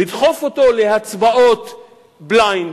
לדחוף אותו להצבעות "בליינד",